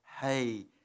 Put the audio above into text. hey